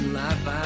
life